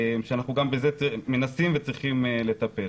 גם בזה אנחנו מנסים וצריכים לטפל.